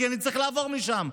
כי אני צריך לעבור משם,